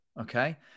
Okay